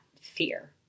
fear